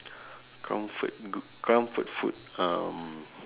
comfort g~ comfort food um